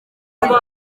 aho